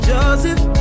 Joseph